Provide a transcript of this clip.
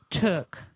took